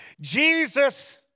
Jesus